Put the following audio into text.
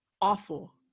awful